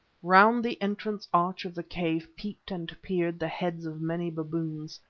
round the entrance arch of the cave peeped and peered the heads of many baboons.